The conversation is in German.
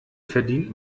verdient